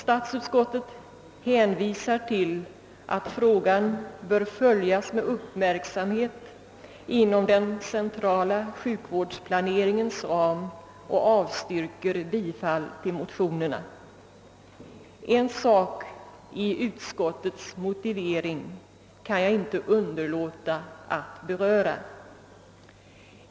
Statsutskottet skriver att frågan bör följas med uppmärksamhet inom den centrala sjukvårdsplaneringens ram och avstyrker bifall till motionerna. Ett avsnitt av utskottets motivering kan jag inte underlåta att beröra.